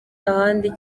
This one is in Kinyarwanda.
ahandi